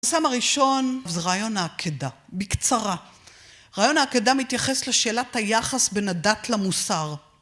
הנושא הראשון זה רעיון העקדה. בקצרה, רעיון העקדה מתייחס לשאלת היחס בין הדת למוסר.